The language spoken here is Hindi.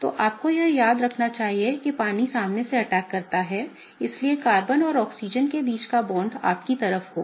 तो आपको यह याद रखना चाहिए कि पानी सामने से अटैक करता है इसलिए कार्बन और ऑक्सीजन के बीच का बांड आपकी तरफ होगा